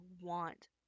want